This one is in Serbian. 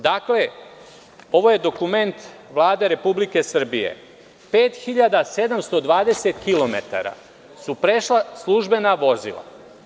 Dakle, ovo je dokument Vlade Republike Srbije, 5.720 kilometara su prešla službena vozila.